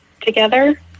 together